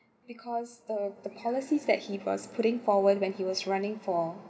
because the the policies that he was putting forward when he was running for